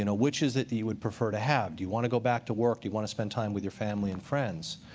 you know which is it that you would prefer to have? do you want to go back to work? do you want to spend time with your family and friends?